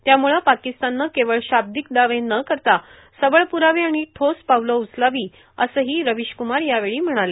त्यामुळं पाकिस्ताननं केवळ शाब्दीक दावे न करता सबळ प्रावे आणि ठोस पावलं उचलावी असंही रविशक्मार यावेळी म्हणाले